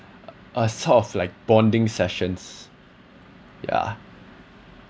uh sort of like bonding sessions yeah